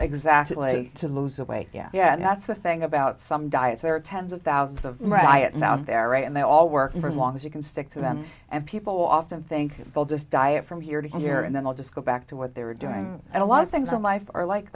exactly to lose away yeah yeah that's the thing about some diets there are tens of thousands of riots out there and they all work for as long as you can stick to them and people often think they'll just die of from here to here and then they'll just go back to what they were doing and a lot of things in life are like